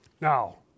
Now